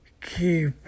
keep